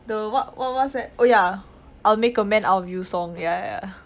the what what what what's there oh ya I'll make a man out of you song ya ya ya